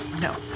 No